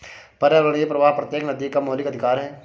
पर्यावरणीय प्रवाह प्रत्येक नदी का मौलिक अधिकार है